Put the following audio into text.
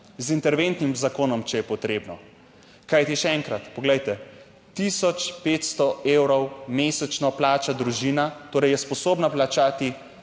z interventnim zakonom, če je potrebno. Kajti, še enkrat poglejte, 1500 evrov mesečno plača družina, torej je sposobna plačati,